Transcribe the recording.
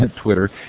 Twitter